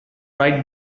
right